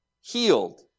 healed